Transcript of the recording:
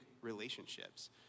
relationships